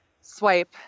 swipe